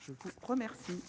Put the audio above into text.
je vous remercie.